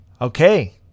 Okay